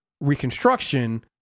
Reconstruction